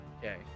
Okay